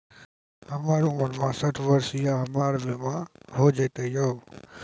हमर उम्र बासठ वर्ष या हमर बीमा हो जाता यो?